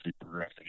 progressing